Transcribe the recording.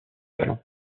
talents